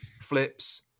flips